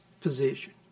position